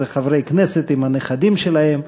אלו חברי כנסת עם הנכדים שלהם.